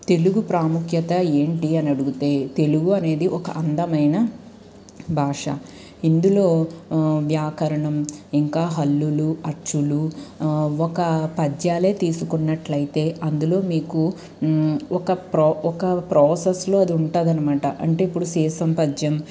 తెలుగు ప్రాముఖ్యత ఏంటి అని అడుగుతే తెలుగు అనేది ఒక అందమైన భాష ఇందులో వ్యాకరణం ఇంకా హల్లులు అచ్చులు ఒక పద్యాలే తీసుకున్నట్లయితే అందులో మీకు ఒక ప్రా ప్రాసెస్లో అది ఉంటదనమాట అంటే ఇప్పుడు సీసం పద్యం